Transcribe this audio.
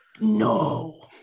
No